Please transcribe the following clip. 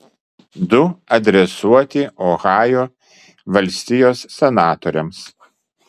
du adresuoti ohajo valstijos senatoriams